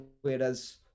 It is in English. whereas